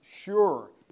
sure